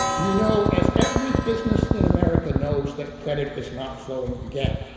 we know as every business in america knows that credit is not flowing again.